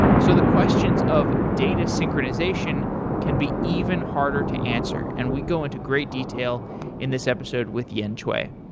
so the questions of data synchronization can be even harder to answer, and we go into great detail in this episode with yen cui.